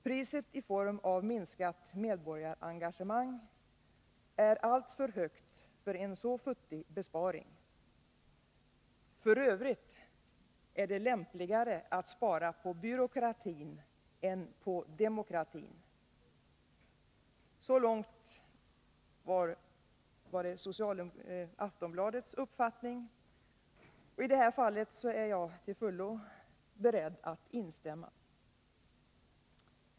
Priset i form av minskat medborgarengagemang är alltför högt för en så futtig besparing. För övrigt är det lämpligare att spara på byråkratin än på demokratin.” Så långt Aftonbladets uppfattning. I det här fallet är jag till fullo beredd att instämma.